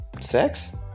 sex